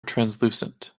translucent